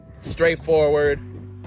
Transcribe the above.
straightforward